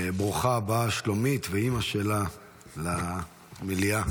ברוכה הבאה, שלומית, ואימא שלה, למליאה.